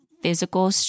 physical